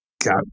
got